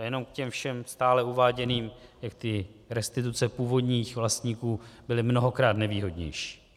To jenom k těm všem stále uváděným, jak ty restituce původních vlastníků byly mnohokrát nevýhodnější.